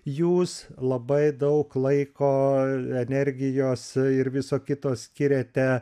jūs labai daug laiko energijos ir viso kito skiriate